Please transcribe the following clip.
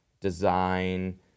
design